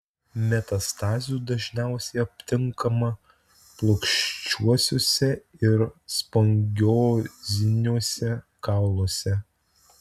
metastazių dažniausiai aptinkama plokščiuosiuose ir spongioziniuose kauluose